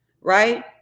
right